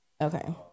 Okay